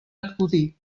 acudir